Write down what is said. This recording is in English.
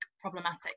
problematic